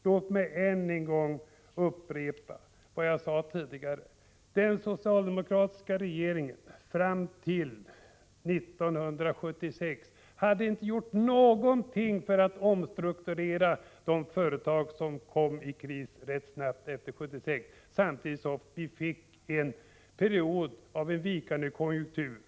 Låt mig än en gång upprepa vad jag sade tidigare: Den socialdemokratiska regeringen hade fram till 1976 inte gjort någonting för att omstrukturera de företag som sedan kom i kris rätt snabbt efter 1976, samtidigt som vi fick en period av vikande konjunkturer.